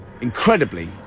Incredibly